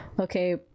Okay